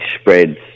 spreads